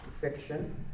fiction